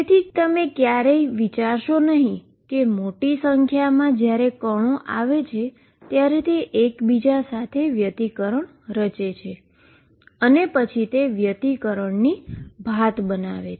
તેથી ક્યારેય વિચારશો નહીં કે મોટી સંખ્યામાં પાર્ટીકલ જ્યારે આવે છે ત્યારે તે એકબીજા સાથે ઈન્ટરફીઅરન્સ રચે છે અને પછી તે ઈન્ટરફીઅરન્સની પેટર્ન બનાવે છે